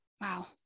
Wow